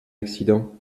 accident